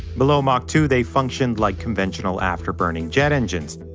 below mach two they functioned like conventional after-burning jet engines.